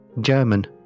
German